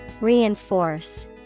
Reinforce